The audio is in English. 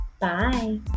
Bye